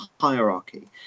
hierarchy